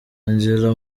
angela